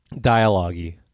dialogue-y